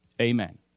Amen